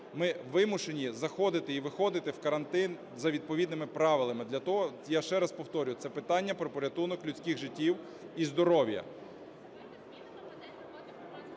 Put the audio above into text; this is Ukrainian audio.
ми вимушені заходити і виходити в карантин за відповідними правилами. Я ще раз повторюю, це питання про порятунок людських життів і здоров'я.